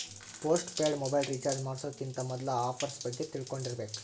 post paid mobile recharge ಮಾಡ್ಸೋಕ್ಕಿಂತ ಮೊದ್ಲಾ offers ಬಗ್ಗೆ ತಿಳ್ಕೊಂಡಿರ್ಬೇಕ್